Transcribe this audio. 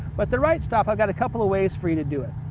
but the right stop i've got a couple of ways for you to do it.